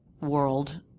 world